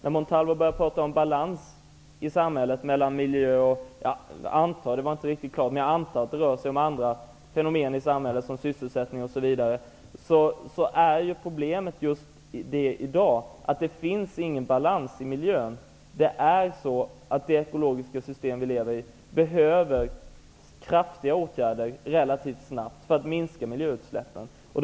När Montalvo började prata om balans i samhället mellan miljö och något annat, var det inte riktigt klart vad han menade. Men jag antar att det rör sig om andra fenomen i samhället som sysselsättning osv. Då är problemet just i dag att det inte finns någon balans i miljön. Det ekologiska system vi lever i behöver kraftiga åtgärder relativt snabbt, så att miljöutsläppen minskas.